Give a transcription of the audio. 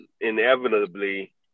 inevitably